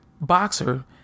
boxer